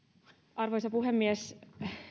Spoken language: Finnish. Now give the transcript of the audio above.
arvoisa puhemies